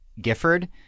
Gifford